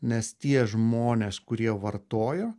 nes tie žmonės kurie vartojo